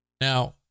now